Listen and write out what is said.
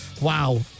Wow